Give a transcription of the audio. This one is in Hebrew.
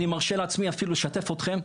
ואני מרשה לעצמי אפילו לשתף אתכם.